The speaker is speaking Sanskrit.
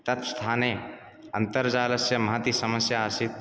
तत्स्थाने अन्तर्जालस्य महती समस्या आसीत्